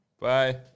Bye